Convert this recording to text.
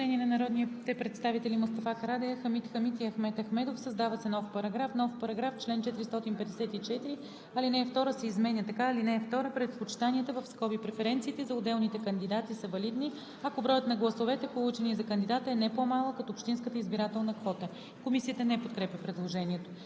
Комисията не подкрепя предложението.